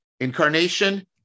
Incarnation